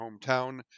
hometown